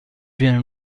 viene